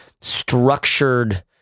structured